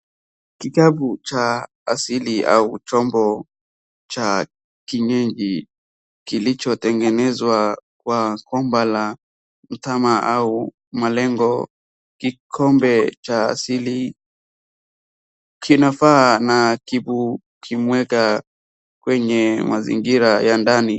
Kikapu cha asili au chombo cha kienyeji kilchotengenezwa kwa gomba la mtama au malengo, kikombe cha asili kinafaa na kikiwepo kwenye mazingira ya ndani.